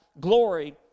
glory